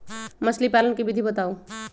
मछली पालन के विधि बताऊँ?